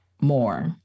more